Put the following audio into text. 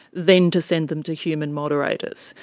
then to send them to human moderators.